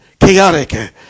chaotic